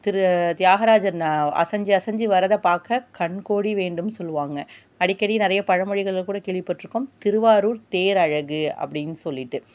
திரு தியாகராஜர் அசஞ்சு அசஞ்சு வரதை பார்க்க கண்கோடி வேண்டும் சொல்லுவாங்க அடிக்கடி நிறைய பழமொழியில் கூட கேள்விப்பட் இருக்கோம் திருவாரூர் தேர் அழகு அப்படின்னு சொல்லிவிட்டு